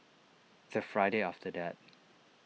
the Friday after that